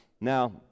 Now